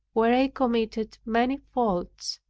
where i committed many faults.